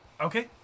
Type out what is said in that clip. Okay